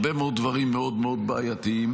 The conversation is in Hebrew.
של הרבה מאוד דברים מאוד מאוד בעייתיים.